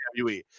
WWE